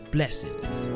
Blessings